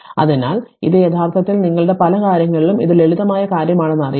അതിനാൽ ഇത് യഥാർത്ഥത്തിൽ നിങ്ങളുടെ പല കാര്യങ്ങളിലും ഇത് ലളിതമായ കാര്യമാണെന്ന് അറിയുക